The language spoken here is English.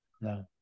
No